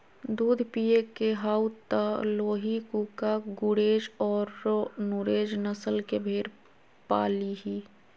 दूध पिये के हाउ त लोही, कूका, गुरेज औरो नुरेज नस्ल के भेड़ पालीहीं